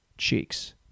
cheeks